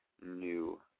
new